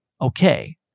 okay